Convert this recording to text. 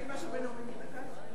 אתה מחפש מישהו לנאומים בני דקה?